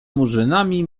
murzynami